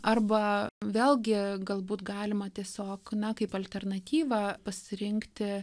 arba vėlgi galbūt galima tiesiog na kaip alternatyvą pasirinkti